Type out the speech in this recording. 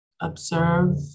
Observe